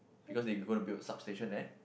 because they gonna build substation there